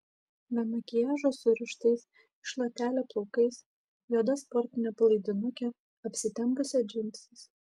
be makiažo surištais į šluotelę plaukais juoda sportine palaidinuke apsitempusią džinsais